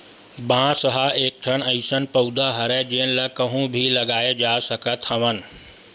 बांस ह एकठन अइसन पउधा हरय जेन ल कहूँ भी लगाए जा सकत हवन